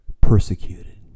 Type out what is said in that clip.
persecuted